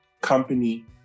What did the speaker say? company